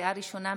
לקריאה ראשונה,